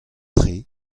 tre